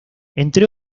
entre